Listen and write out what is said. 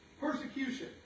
Persecution